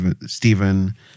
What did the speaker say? Stephen